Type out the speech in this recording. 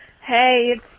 Hey